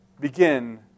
begin